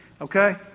Okay